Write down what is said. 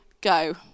go